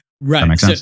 Right